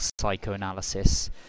psychoanalysis